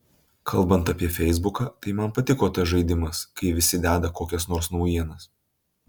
kalbant apie feisbuką tai man patiko tas žaidimas kai visi deda kokias nors naujienas